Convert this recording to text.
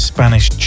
Spanish